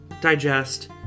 Digest